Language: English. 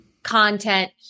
content